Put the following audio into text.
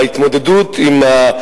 ההתמודדות עם,